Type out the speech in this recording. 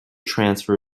transfer